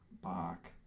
Bach